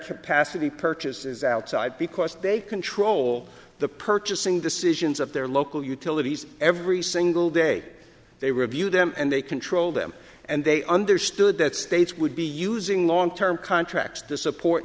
capacity purchases outside because they control the purchasing decisions of their local utilities every single day they review them and they control them and they understood that states would be using long term contracts to support